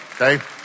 okay